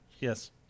Yes